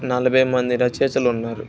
నలభై మంది రచయితలు ఉన్నారు